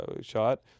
shot